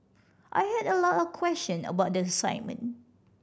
I had a lot of question about the assignment